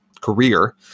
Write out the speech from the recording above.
career